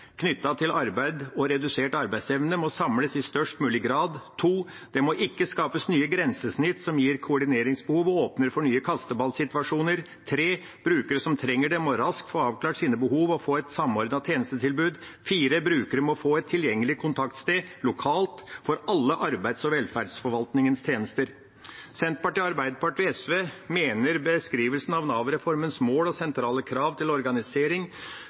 til arbeid og redusert arbeidsevne må samles i størst mulig grad. Det må ikke skapes nye grensesnitt som gir koordineringsbehov og åpner for nye kasteballsituasjoner. Brukere som trenger det, må raskt få avklart sine behov og få et samordnet tjenestetilbud. Brukere må få et tilgjengelig kontaktsted lokalt for alle arbeids- og velferdsforvaltningens tjenester. Senterpartiet, Arbeiderpartiet og SV mener beskrivelsen av Nav-reformens mål og sentrale krav til organisering